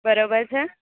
બરાબર છે